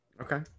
Okay